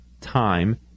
time